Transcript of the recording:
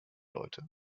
leute